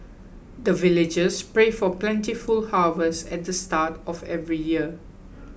the villagers pray for plentiful harvest at the start of every year